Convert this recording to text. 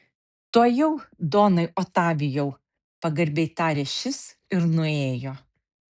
tuojau donai otavijau pagarbiai tarė šis ir nuėjo